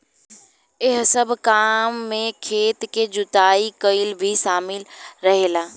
एह सब काम में खेत के जुताई कईल भी शामिल रहेला